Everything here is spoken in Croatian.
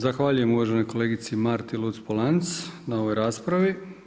Zahvaljujem uvaženoj kolegici Marti Luc-Polanc na ovoj raspravi.